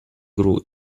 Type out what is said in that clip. gru